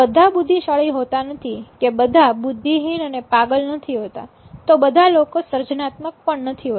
બધા બુદ્ધિશાળી હોતા નથી કે બધા બુદ્ધિહીન અને પાગલ નથી હોતા તો બધા લોકો સર્જનાત્મક પણ નથી હોતા